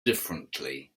differently